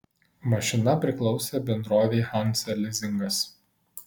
mašina priklausė bendrovei hansa lizingas